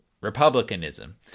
republicanism